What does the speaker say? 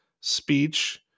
speech